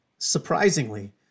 surprisingly